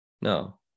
no